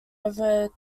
over